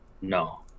No